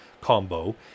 combo